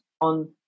on